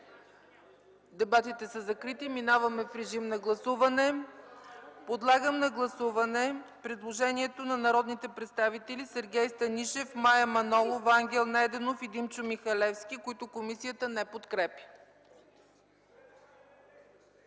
Дебатите са закрити. Подлагам на гласуване предложението на народните представители Сергей Станишев, Мая Манолова, Ангел Найденов и Димчо Михалевски, което комисията не подкрепя.